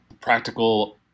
practical